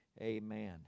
amen